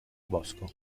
bosco